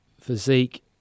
physique